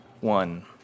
one